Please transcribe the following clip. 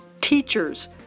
teachers